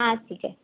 हां ठीक आहे